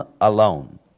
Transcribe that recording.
alone